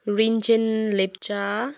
Rinchen Lepcha